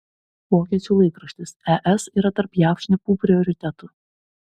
vokiečių laikraštis es yra tarp jav šnipų prioritetų